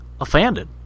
offended